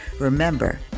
Remember